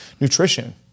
nutrition